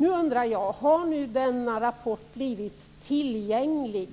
Nu undrar jag: Har denna rapport blivit tillgänglig